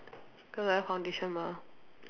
cause I have foundation mah